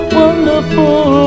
wonderful